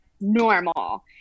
normal